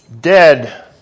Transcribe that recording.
dead